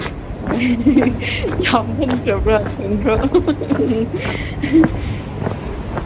ꯌꯥꯝꯃꯟꯈ꯭ꯔꯕ꯭ꯔꯥ